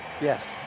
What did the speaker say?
Yes